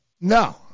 No